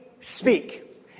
speak